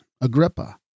Agrippa